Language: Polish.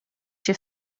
się